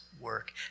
work